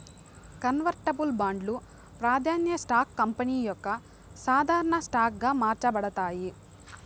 convertible బాండ్లు, ప్రాదాన్య stocks company యొక్క సాధారన స్టాక్ గా మార్చబడతాయి